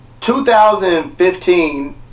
2015